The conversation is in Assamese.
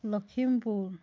লখিমপুৰ